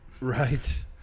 Right